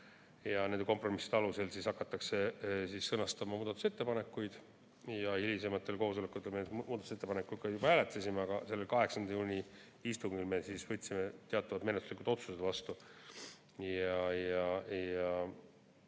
Aga nende kompromisside alusel hakkasime sõnastama muudatusettepanekuid ja hilisematel koosolekul me neid muudatusettepanekud ka juba hääletasime. Aga sellel 8. juuni istungil me võtsime teatavad menetluslikud otsused vastu. Edasi,